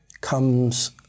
comes